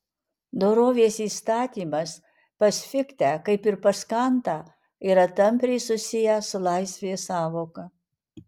dorovės įstatymas pas fichtę kaip ir pas kantą yra tampriai susijęs su laisvės sąvoka